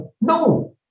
no